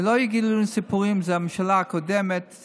ושלא יספרו לנו סיפורים שזה הממשלה הקודמת.